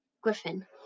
Griffin